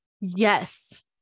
Yes